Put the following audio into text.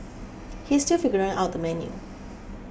he is still figuring out the menu